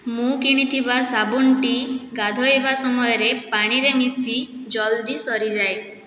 ମୁଁ କିଣିଥିବା ସାବୁନଟି ଗାଧୋଇବା ସମୟରେ ପାଣିରେ ମିଶି ଜଲ୍ଦି ସରିଯାଏ